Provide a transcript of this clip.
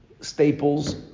staples